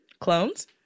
Clones